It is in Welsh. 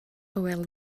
hywel